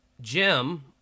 jim